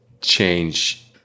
change